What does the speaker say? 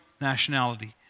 nationality